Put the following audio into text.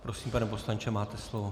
Prosím, pane poslanče, máte slovo.